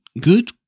Good